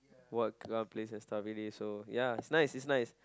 work a lot of place are starve really so ya it's nice it's nice